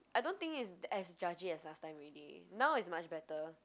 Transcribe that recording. Yeah i don't think is as judgy as last time ready now is much better